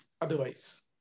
otherwise